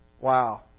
Wow